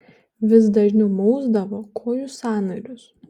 vis dažniau mausdavo kojų sąnarius